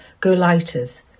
go-lighters